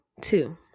two